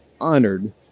honored